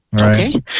okay